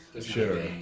Sure